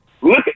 Look